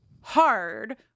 hard